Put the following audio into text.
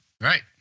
Right